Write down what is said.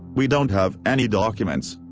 we don't have any documents.